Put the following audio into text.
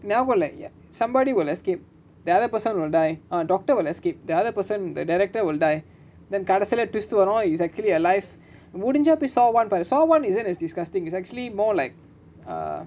now we're like ya somebody will escape the other person will die ah doctor will escape the other person the director will die then கடைசில:kadaisila twist வரு:varu it's actually alive முடிஞ்சா போய்:mudinja poai saw one பாரு:paaru saw one isn't as disgusting is actually more like err